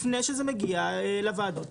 לפני שזה מגיע לוועדות,